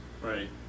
Right